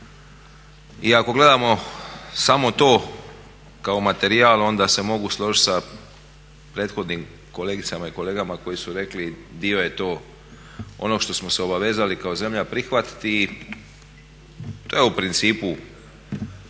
I ako gledamo samo to kao materijal onda se mogu složiti sa prethodnim kolegicama i kolegama koji su rekli dio je to onog što smo se obavezali kao zemlja prihvatiti. To je u principu